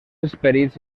esperits